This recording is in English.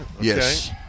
Yes